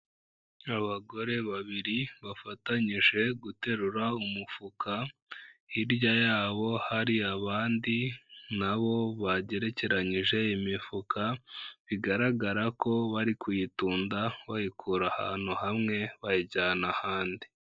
Abagore babiri bafatanyije guterura umufuka, hirya yabo hari abandi na bo bagerekeranyije imifuka, bigaragara ko bari kuyitunda, bayikura ahantu hamwe, bayijyana ahandi.